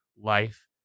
life